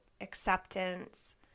acceptance